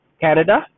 Canada